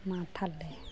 ᱢᱟ ᱛᱟᱦᱚᱞᱮ